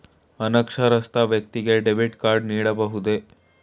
ಅನಕ್ಷರಸ್ಥ ವ್ಯಕ್ತಿಗೆ debit card ನೀಡಬಹುದೇ?